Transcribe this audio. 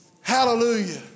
Hallelujah